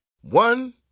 One